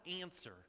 answer